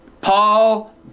Paul